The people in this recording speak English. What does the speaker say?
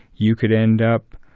you could end up,